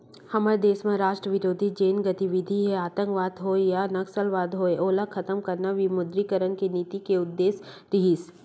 हमर देस म राष्ट्रबिरोधी जेन गतिबिधि हे आंतकवाद होय या नक्सलवाद होय ओला खतम करना विमुद्रीकरन के नीति के उद्देश्य रिहिस